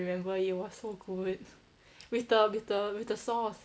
remember it was so good with the with the with the sauce